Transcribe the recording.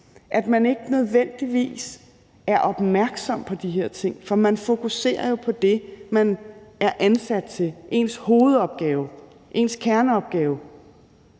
at gøre, ikke nødvendigvis er opmærksom på de her ting. For man fokuserer jo på det, man er ansat til, ens hovedopgave, ens kerneopgave.